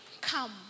come